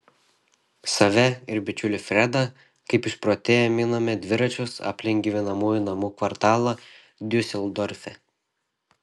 save ir bičiulį fredą kaip išprotėję miname dviračius aplink gyvenamųjų namų kvartalą diuseldorfe